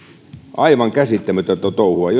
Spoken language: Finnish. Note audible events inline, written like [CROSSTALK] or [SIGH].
aivan käsittämätöntä touhua [UNINTELLIGIBLE]